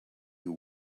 you